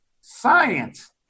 science